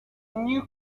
new